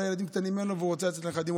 ילדים קטנים אין לו והוא רוצה לתת לנכדים,